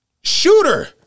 Shooter